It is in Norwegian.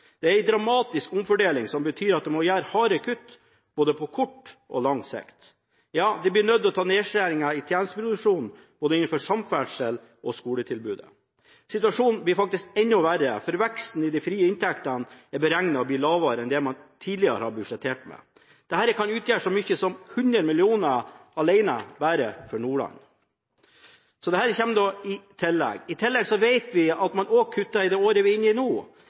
Det er en dramatisk omfordeling som betyr at de må gjøre harde kutt både på kort og lang sikt. De blir nødt til å gjøre nedskjæringer i tjenesteproduksjonen både innenfor samferdsel og skoletilbud. Situasjonen blir faktisk enda verre, for veksten i de frie inntektene er beregnet til å bli lavere enn det man tidligere har budsjettert med. Dette alene kan utgjøre så mye som 100 mill. kr bare for Nordland, og det kommer i tillegg. I tillegg vet vi at man også kutter i det året vi er inne i nå.